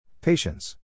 Patience